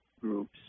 groups